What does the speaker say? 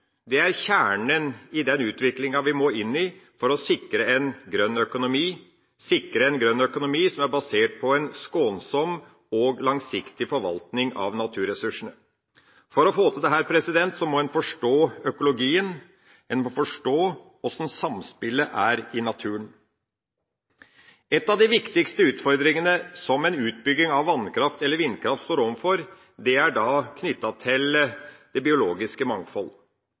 er kjernen i den utviklinga vi må inn i for å sikre en grønn økonomi som er basert på en skånsom og langsiktig forvaltning av naturressursene. For å få til dette må en forstå økologien, en må forstå åssen samspillet er i naturen. En av de viktigste utfordringene som en står overfor ved utbygging av vannkraft eller vindkraft, er knyttet til det biologiske mangfold. Det biologiske mangfold